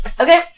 okay